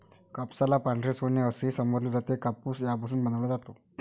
कापसाला पांढरे सोने असेही संबोधले जाते, कापूस यापासून बनवला जातो